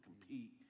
compete